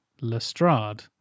lestrade